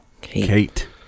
kate